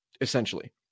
essentially